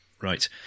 Right